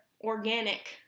organic